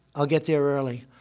i'll get there early.